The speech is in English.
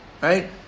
right